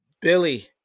Billy